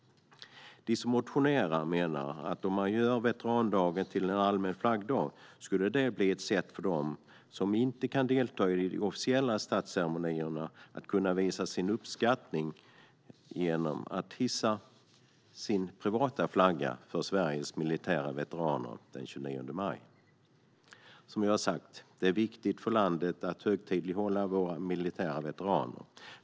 De som motionerar menar att om man gör veterandagen till en allmän flaggdag skulle det bli ett sätt för dem som inte kan delta i de officiella statsceremonierna att kunna visa sin uppskattning genom att hissa sin privata flagga för Sveriges militära veteraner den 29 maj. Som jag har sagt är det viktigt för landet att högtidlighålla våra militära veteraner.